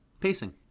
Pacing